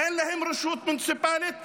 אין להם רשות מוניציפלית,